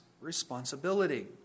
responsibility